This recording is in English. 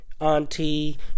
auntie